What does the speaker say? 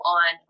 on